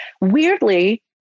Weirdly